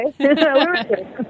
Okay